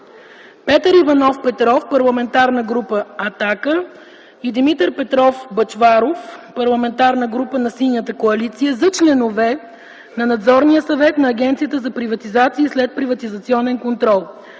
Петър Иванов Петров – Парламентарна група „Атака” Димитър Петров Бъчваров – Парламентарна група на Синята коалиция - за членове на Надзорния съвет на Агенцията за приватизация и следприватизационен контрол.